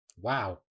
Wow